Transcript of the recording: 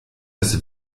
das